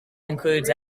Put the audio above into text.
includes